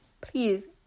please